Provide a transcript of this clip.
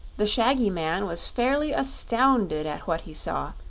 the shaggy man was fairly astounded at what he saw,